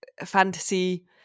fantasy